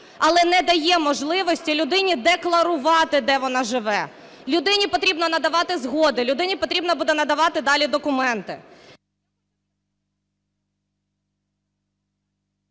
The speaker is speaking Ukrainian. але не дає можливості людині декларувати, де вона живе. Людині потрібно надавати згоду, людині потрібно буде надавати далі документи...